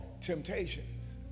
temptations